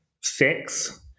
six